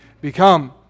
become